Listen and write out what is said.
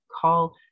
call